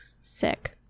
sick